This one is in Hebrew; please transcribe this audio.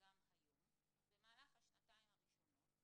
גם היום במהלך השנתיים הראשונות,